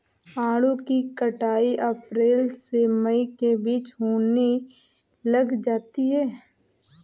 आड़ू की कटाई अप्रैल से मई के बीच होने लग जाती है